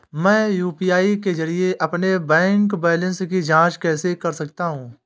मैं यू.पी.आई के जरिए अपने बैंक बैलेंस की जाँच कैसे कर सकता हूँ?